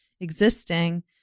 existing